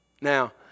Now